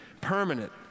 Permanent